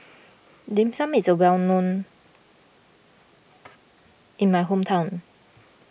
Dim Sum is a well known in my hometown